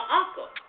uncle